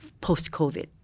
post-COVID